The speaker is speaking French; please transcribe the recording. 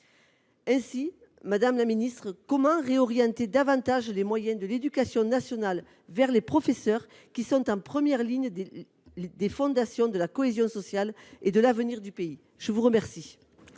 2021. Madame la ministre, comment réorienter davantage les moyens de l’éducation nationale vers les professeurs, qui sont en première ligne dans la construction de la cohésion sociale et de l’avenir de notre